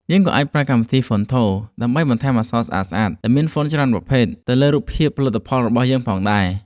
យើងក៏អាចប្រើកម្មវិធី ហ្វុនថូ ដើម្បីបន្ថែមអក្សរស្អាតៗដែលមាន ហ្វុន ច្រើនប្រភេទទៅលើរូបភាពផលិតផលរបស់យើងផងដែរ។